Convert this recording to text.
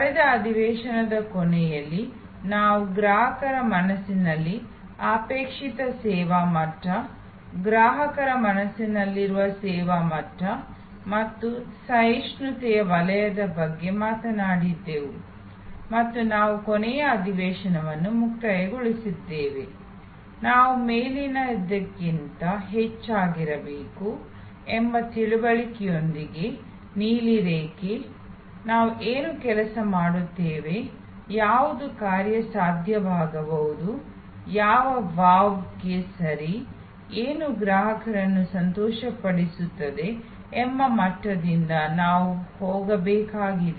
ಕಳೆದ ಅಧಿವೇಶನದ ಕೊನೆಯಲ್ಲಿ ನಾವು ಗ್ರಾಹಕರ ಮನಸ್ಸಿನಲ್ಲಿ ಅಪೇಕ್ಷಿತ ಸೇವಾ ಮಟ್ಟ ಗ್ರಾಹಕರ ಮನಸ್ಸಿನಲ್ಲಿರುವ ಸೇವಾ ಮಟ್ಟ ಮತ್ತು ಸಹಿಷ್ಣುತೆಯ ವಲಯದ ಬಗ್ಗೆ ಮಾತನಾಡುತ್ತಿದ್ದೆವು ಮತ್ತು ನಾವು ಕೊನೆಯ ಅಧಿವೇಶನವನ್ನು ಮುಕ್ತಾಯಗೊಳಿಸಿದ್ದೇವೆ ನಾವು ಮೇಲಿನದಕ್ಕಿಂತ ಹೆಚ್ಚಾಗಿರಬೇಕು ಎಂಬ ತಿಳುವಳಿಕೆಯೊಂದಿಗೆ ನೀಲಿ ರೇಖೆ ನಾವು ಏನು ಕೆಲಸ ಮಾಡುತ್ತೇವೆ ಯಾವುದು ಕಾರ್ಯಸಾಧ್ಯವಾಗಬಹುದು ಯಾವ ವಾವ್ಗಳಿಗೆ ಸರಿ ಏನು ಗ್ರಾಹಕರನ್ನು ಸಂತೋಷಪಡಿಸುತ್ತದೆ ಎಂಬ ಮಟ್ಟದಿಂದ ನಾವು ಹೋಗಬೇಕಾಗಿದೆ